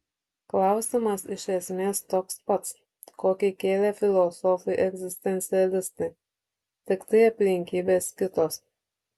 klausimas iš esmės toks pats kokį kėlė filosofai egzistencialistai tiktai aplinkybės kitos